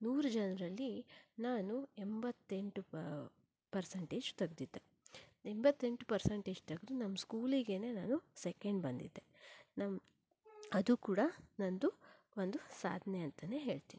ನೂರು ಜನರಲ್ಲಿ ನಾನು ಎಂಬತ್ತೆಂಟು ಪ ಪರ್ಸಂಟೇಜ್ ತೆಗ್ದಿದ್ದೆ ಎಂಬತ್ತೆಂಟು ಪರ್ಸಂಟೇಜ್ ತೆಗೆದು ನಮ್ಮ ಸ್ಕೂಲಿಗೇನೇ ನಾನು ಸೆಕೆಂಡ್ ಬಂದಿದ್ದೆ ನಮ್ಮ ಅದು ಕೂಡ ನಂದು ಒಂದು ಸಾಧನೆ ಅಂತನೇ ಹೇಳ್ತೀನಿ